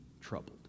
troubled